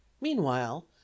meanwhile